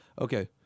okay